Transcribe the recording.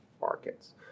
markets